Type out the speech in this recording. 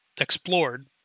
explored